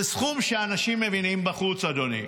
זה סכום שאנשים מבינים בחוץ, אדוני.